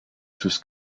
sus